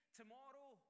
tomorrow